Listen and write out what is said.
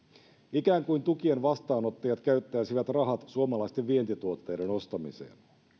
ikään kuin tukien vastaanottajat käyttäisivät rahat suomalaisten vientituotteiden ostamiseen